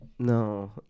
No